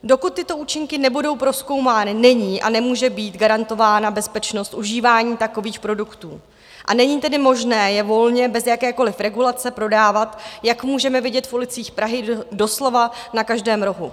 Dokud tyto účinky nebudou prozkoumány, není a nemůže být garantována bezpečnost užívání takových produktů, a není tedy možné je volně bez jakékoliv regulace prodávat, jak můžeme vidět v ulicích Prahy doslova na každém rohu.